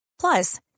Plus